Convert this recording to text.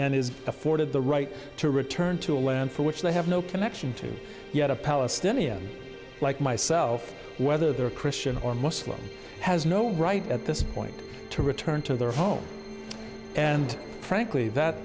and is afforded the right to return to a land for which they have no connection to yet a palestinian like myself whether they're christian or muslim has no right at this point to return to their home and frankly that